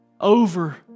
over